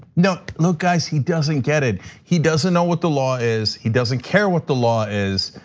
no, look, guys, he doesn't get it. he doesn't know what the law is. he doesn't care what the law is.